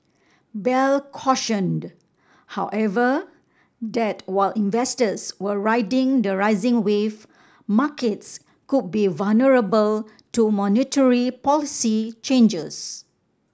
bell cautioned however that while investors were riding the rising wave markets could be vulnerable to monetary policy changes